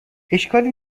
اشکالی